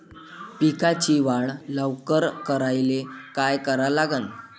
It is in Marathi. पिकाची वाढ लवकर करायले काय करा लागन?